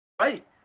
right